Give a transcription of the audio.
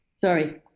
sorry